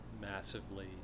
massively